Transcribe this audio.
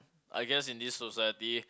I guess in this society